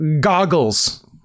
goggles